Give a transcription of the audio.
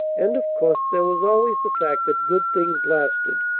and of course there was always the fact that good things lasted,